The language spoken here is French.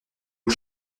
aux